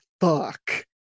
fuck